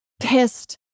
pissed